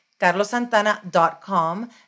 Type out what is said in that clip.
carlosantana.com